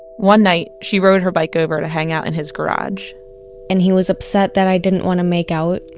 one night, she rode her bike over to hang out in his garage and he was upset that i didn't want to make out,